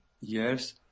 years